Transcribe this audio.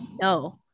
No